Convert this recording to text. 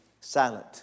Silent